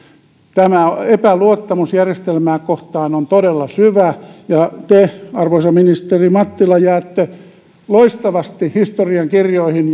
tämä epäluottamus järjestelmää kohtaan on todella syvä ja te arvoisa ministeri mattila jäätte loistavasti historiankirjoihin